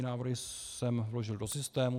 Návrhy jsem vložil do systému.